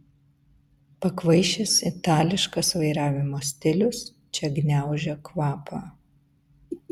pakvaišęs itališkas vairavimo stilius čia gniaužia kvapą